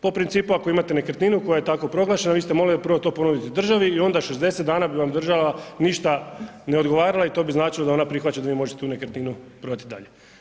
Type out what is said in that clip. Po principu ako imate nekretninu, koja je tako proglašena vi ste morali to prvo ponuditi državi, onda 60 dana bi vam država ništa ne odgovarala i to bi značilo da ona prihvaća, da vi možete tu nekretninu prodati dalje.